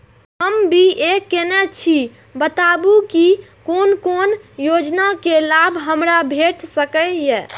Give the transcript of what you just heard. हम बी.ए केनै छी बताबु की कोन कोन योजना के लाभ हमरा भेट सकै ये?